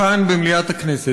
כאן במליאת הכנסת,